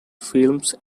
films